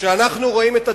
כשאנחנו רואים,